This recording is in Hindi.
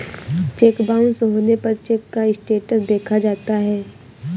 चेक बाउंस होने पर चेक का स्टेटस देखा जाता है